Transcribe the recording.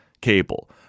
cable